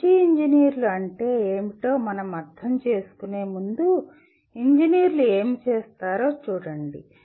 మంచి ఇంజనీర్లు అంటే ఏమిటో మనం అర్థం చేసుకునే ముందు ఇంజనీర్లు ఏమి చేస్తారో చూడండి